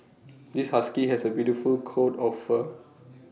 this husky has A beautiful coat of fur